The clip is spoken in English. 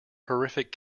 horrific